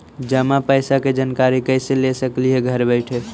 जमा पैसे के जानकारी कैसे ले सकली हे घर बैठे?